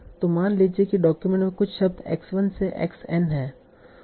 तो मान लीजिए कि डॉक्यूमेंट में कुछ शब्द x 1 से x n हैं